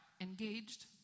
engaged